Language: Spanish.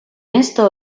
esto